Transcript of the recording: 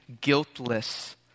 guiltless